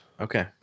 Okay